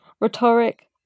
rhetoric